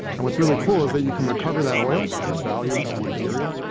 and what's really cool is that you can recover that oil. there's value in that material.